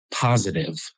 positive